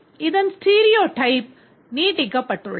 இந்த stereotype நீட்டிக்கப்பட்டுள்ளது